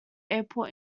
airport